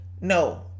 No